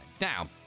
Now